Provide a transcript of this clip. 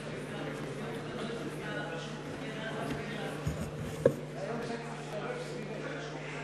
מצביע ראובן ריבלין, מצביע יוני שטבון,